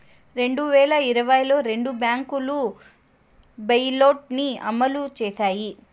రెండు వేల ఇరవైలో రెండు బ్యాంకులు బెయిలౌట్ ని అమలు చేశాయి